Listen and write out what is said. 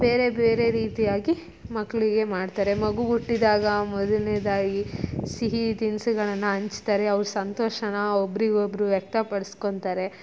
ಬೇರೆ ಬೇರೆ ರೀತಿಯಾಗಿ ಮಕ್ಕಳಿಗೆ ಮಾಡ್ತಾರೆ ಮಗು ಹುಟ್ಟಿದಾಗ ಮೊದಲ್ನೇದಾಗಿ ಸಿಹಿ ತಿನಿಸುಗಳನ್ನ ಹಂಚ್ತಾರೆ ಅವ್ರ ಸಂತೋಷಾನ ಒಬ್ಬರಿಗೊಬ್ರು ವ್ಯಕ್ತಪಡ್ಸ್ಕೊಳ್ತಾರೆ